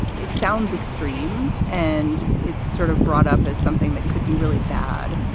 it sounds extreme and it's sort of brought up as something that could be really bad.